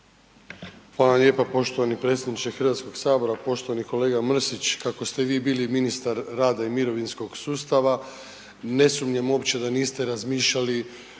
vam lijepa poštovani predsjedniče Hrvatskog sabora. Poštovani kolega Mrsić kako ste vi bili ministar rada i mirovinskog sustava ne sumnjam uopće da niste razmišljali